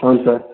అవును సార్